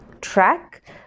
track